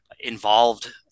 involved